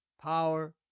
power